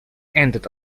ended